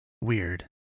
weird